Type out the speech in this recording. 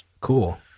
cool